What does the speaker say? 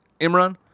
Imran